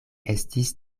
estis